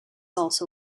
also